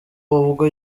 ubwo